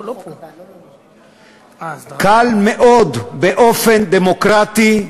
קל מאוד באופן דמוקרטי,